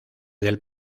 del